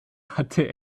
hatte